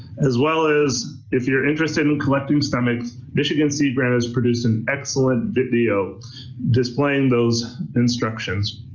as well as if you're interested in collecting stomachs, michigan sea grant has produced an excellent video displaying those instructions.